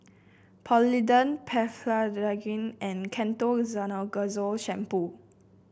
Polident Blephagel and Ketoconazole Shampoo